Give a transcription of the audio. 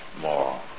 more